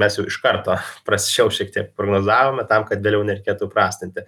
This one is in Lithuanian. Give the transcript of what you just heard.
mes iš karto prasčiau šiek tiek prognozavome tam kad vėliau nereikėtų prastinti